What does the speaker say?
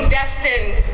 destined